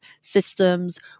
systems